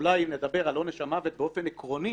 אולי נדבר על עונש המוות באופן עקרוני,